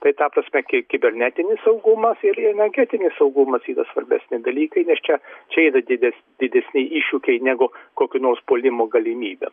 tai ta prasme ki kibernetinis saugumas ir energetinis saugumas yra svarbesni dalykai nes čia čia yra dides didesni iššūkiai negu kokio nors puolimo galimybė